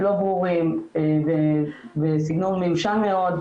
לא ברורים ובסגנון מיושן מאוד.